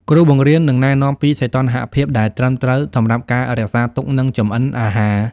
គ្រូបង្រៀននឹងណែនាំពីសីតុណ្ហភាពដែលត្រឹមត្រូវសម្រាប់ការរក្សាទុក និងចម្អិនអាហារ។